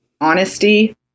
honesty